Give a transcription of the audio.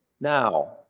Now